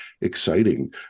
exciting